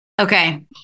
Okay